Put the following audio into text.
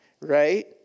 right